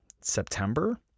september